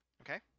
Okay